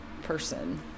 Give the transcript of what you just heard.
person